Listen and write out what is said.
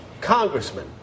congressman